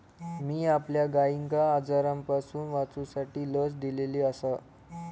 मी आपल्या गायिंका आजारांपासून वाचवूसाठी लस दिलेली आसा